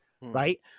right